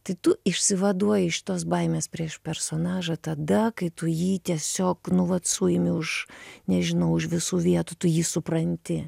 tai tu išsivaduoji iš šitos baimės prieš personažą tada kai tu jį tiesiog nu vat suimi už nežinau už visų vietų tu jį supranti